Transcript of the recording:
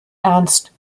ernst